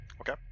Okay